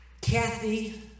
Kathy